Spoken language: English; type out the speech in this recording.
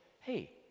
Hey